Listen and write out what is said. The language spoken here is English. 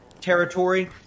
territory